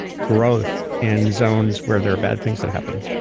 growth in zones where there are bad things that happen.